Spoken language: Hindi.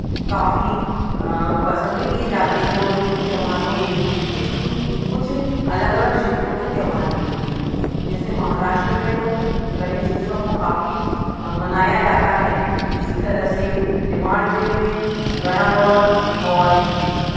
काफ़ी पसंद किए जाते हैं और इन त्योहारों में कुछ कु कुछ अलग अलग क्षेत्रों के त्योहार भी होते हैं जैसे महाराष्ट्र में तो गणेश उत्सव को काफ़ी मनाया जाता है इसी तरह से निमाण जिले में गणागौर और